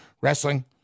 Wrestling